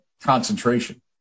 concentration